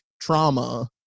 trauma